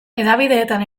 hedabideetan